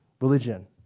religion